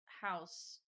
house